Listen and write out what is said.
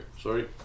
Sorry